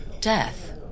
death